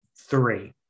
Three